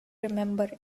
remember